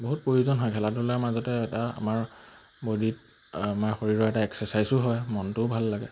বহুত প্ৰয়োজন হয় খেলা ধূলাৰ মাজতে এটা আমাৰ বডিত আমাৰ শৰীৰৰ এটা এক্সাৰচাইজো হয় মনটোও ভাল লাগে